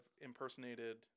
impersonated